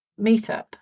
meetup